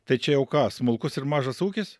tai čia jau ką smulkus ir mažas ūkis